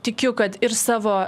tikiu kad ir savo